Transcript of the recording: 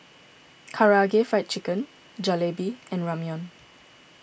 Karaage Fried Chicken Jalebi and Ramyeon